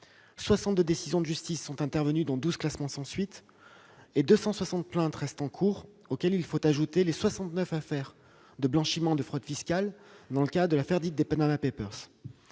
62 décisions de justice sont intervenues, dont 12 classements sans suite ; 260 plaintes restent en cours, auxquelles il faut ajouter les 69 affaires de blanchiment de fraude fiscale, dans le cadre de l'affaire dite des « Panama Papers